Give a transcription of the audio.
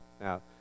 Now